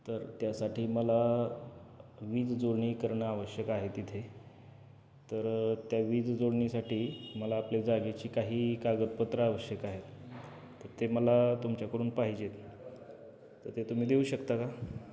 तर त्यासाठी मला वीज जोडणी करणं आवश्यक आहे तिथे तर त्या वीज जोडणीसाठी मला आपल्या जागेची काही कागदपत्रं आवश्यक आहेत तर ते मला तुमच्याकडून पाहिजे आहेत तर ते तुम्ही देऊ शकता का